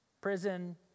Prison